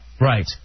Right